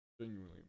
Genuinely